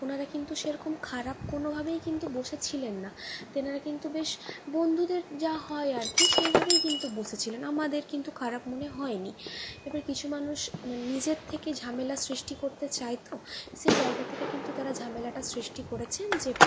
ওনারা কিন্তু সেরকম খারাপ কোনও ভাবেই কিন্তু বসে ছিলেন না তেনারা কিন্তু বেশ বন্ধুদের যা হয় আর কি সেইভাবেই কিন্তু বসেছিলেন আমাদেরকে কিন্তু খারাপ মনে হয়নি এবার কিছু মানুষ নিজের থেকে ঝামেলা সৃষ্টি করতে চায় তো সে জায়গা থেকে কিন্তু তারা ঝামেলাটা সৃষ্টি করেছেন যে